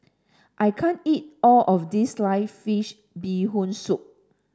I can't eat all of this sliced fish bee hoon soup